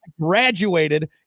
graduated